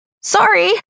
Sorry